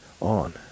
on